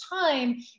time